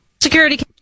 Security